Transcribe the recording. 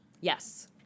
Yes